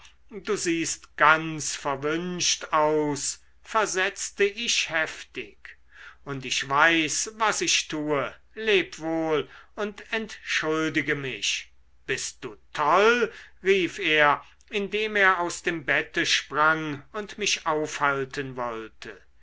du siehst ganz verwünscht aus versetzte ich heftig und ich weiß was ich tue leb wohl und entschuldige mich bist du toll rief er indem er aus dem bette sprang und mich aufhalten wollte